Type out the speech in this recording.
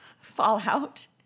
fallout